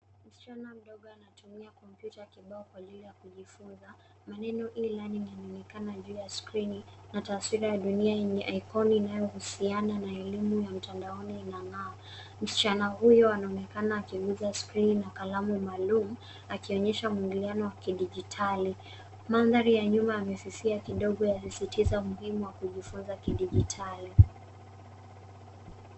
Msichana mdogo anatumia kompyuta kibao kwa ajili ya kujifunza. Maneno e-learning yanaonekana juu ya skrini na taswira ya dunia yenye ikoni inayohusiana na elimu ya mtandaoni inang'aa. Msichana huyo anaonekana akiguza skrini na kalamu maalum, akionyesha mwingiliano wa kidijitali. Mandhari ya nyuma yamefifia kidogo, yasisitiza umuhimu wa kujifunza kidijitali.